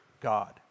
God